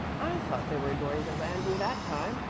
i thought they were going to land you that time,